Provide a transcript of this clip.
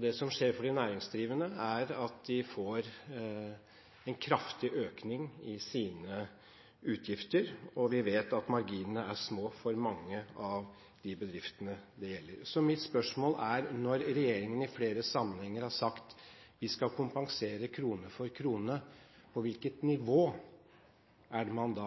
Det som skjer for de næringsdrivende, er at de får en kraftig økning i sine utgifter, og vi vet at marginene er små for mange av de bedriftene det gjelder. Regjeringen har i flere sammenhenger sagt at vi skal kompensere krone for krone. Mitt spørsmål er da: På hvilket nivå snakker man